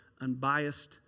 unbiased